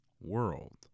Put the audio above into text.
world